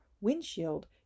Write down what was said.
windshield